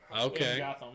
Okay